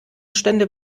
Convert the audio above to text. stände